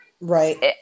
right